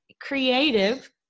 creative